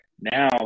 Now